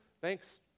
Thanks